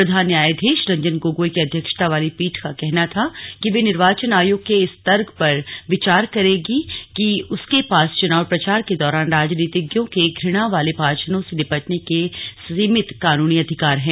प्रधान न्यायाधीश रंजन गोगोई की अध्यक्षता वाली पीठ का कहना था कि वह निर्वाचन आयोग के इस तर्क पर विचार करेगी कि उसके पास चुनाव प्रचार के दौरान राजनीतिज्ञों के घृणा वाले भाषणों से निपटने के सीमित कानूनी अधिकार हैं